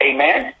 Amen